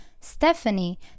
Stephanie